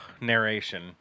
narration